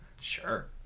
Sure